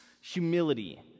humility